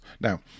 now